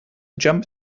jump